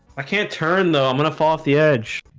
i can't turn though, i'm gonna fall off the edge